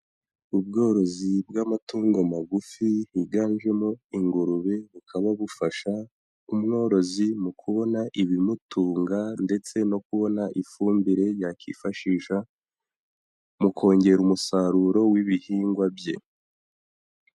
Ubworozi bw'amatungo magufi higanjemo ingurube, bukaba bufasha umworozi mu kubona ibimutunga ndetse no kubona ifumbire yakwifashisha mu kongera umusaruro w'ibihingwa bye.